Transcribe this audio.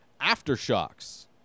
Aftershocks